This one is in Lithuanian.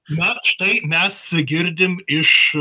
na štai mes girdim iš